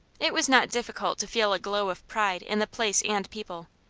it was not difficult to feel a glow of pride in the place and people.